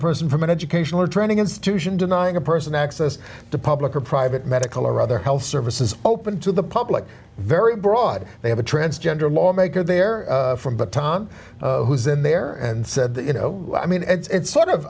a person from an educational training institution denying a person access to public or private medical or other health services open to the public very broad they have a transgender lawmaker there from but tom who's in there and said you know i mean it's sort of